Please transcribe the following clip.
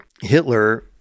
Hitler